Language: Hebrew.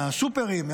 מהסופרים,